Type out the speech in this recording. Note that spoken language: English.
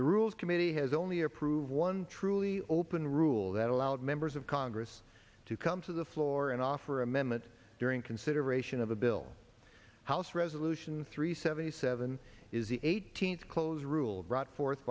the rules committee has only approved one truly open rule that allowed members of congress to come to the floor and offer amendments during consideration of a bill house resolution and three seventy seven is the eighteenth close rule brought forth